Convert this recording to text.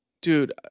Dude